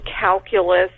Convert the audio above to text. calculus